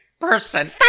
person